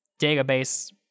database